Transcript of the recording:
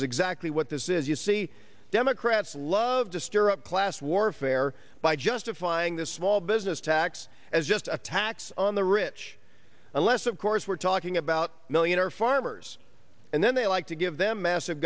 is exactly what this is you see democrats love to stir up class warfare by justifying this small business tax as just a tax on the rich unless of course we're talking about millionaire farmers and then they like to give them massive